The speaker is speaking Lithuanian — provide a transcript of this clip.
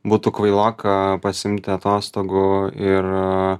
būtų kvailoka pasiimti atostogų ir